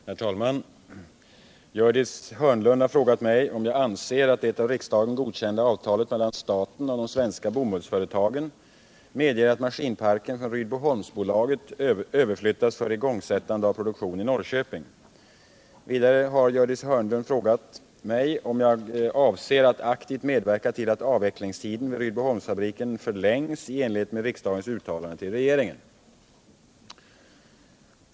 Herr talman! Gördis Hörnlund har frågat mig om jag anser att det av riksdagen godkända avtalet mellan staten och de svenska bomullsföretagen medger att maskinparken från Rydboholmsbolaget överflyttas för igångsättande av produktion i Norrköping. i Vidare har Gördis Hörnlund frågat mig om jag avser att aktivt medverka till att avvecklingstiden vid Rydboholmsfabriken förlängs i enlighet med riksdagens uttalande till regeringen.